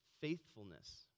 faithfulness